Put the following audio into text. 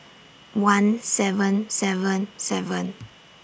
one seven seven seven